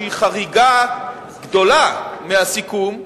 שהיא חריגה גדולה מהסיכום,